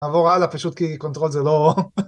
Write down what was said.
נעבור הלאה פשוט כי קונטרול זה לא...